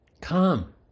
Come